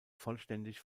vollständig